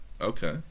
Okay